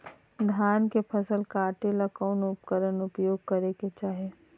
धान के फसल काटे ला कौन उपकरण उपयोग करे के चाही?